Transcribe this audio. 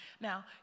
Now